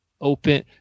open